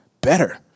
better